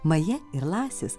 maja ir lasis